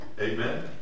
amen